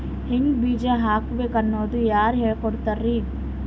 ಹಿಂಗ್ ಬೀಜ ಹಾಕ್ಬೇಕು ಅನ್ನೋದು ಯಾರ್ ಹೇಳ್ಕೊಡ್ತಾರಿ?